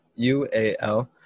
UAL